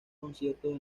conciertos